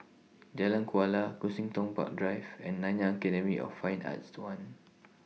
Jalan Kuala Kensington Park Drive and Nanyang Academy of Fine Arts The one